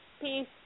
Peace